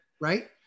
right